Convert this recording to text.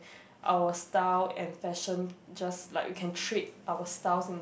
our style and fashion just like we can trade our styles